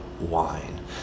wine